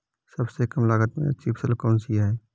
सबसे कम लागत में अच्छी फसल कौन सी है?